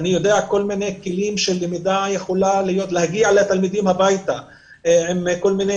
כל מיני כלי למידה שמגיעים לתלמידים הביתה והדרכה.